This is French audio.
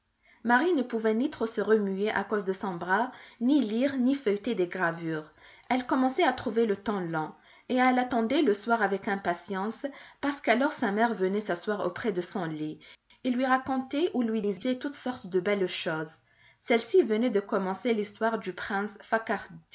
marie ne pouvait ni trop se remuer à cause de son bras ni lire ni feuilleter des gravures elle commençait à trouver le temps long et elle attendait le soir avec impatience parce qu'alors sa mère venait s'asseoir auprès de son lit et lui racontait ou lui lisait toutes sortes de belles choses celle-ci venait de commencer l'histoire du prince